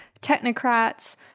technocrats